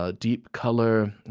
ah deep color,